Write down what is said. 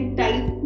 type